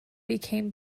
became